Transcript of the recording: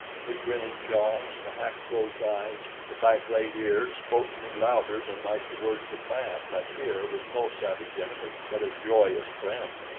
the grinning jaws, the half-closed eyes, the back-laid ears spoke to me louder than might the words of man that here was no savage enemy but joyous friend,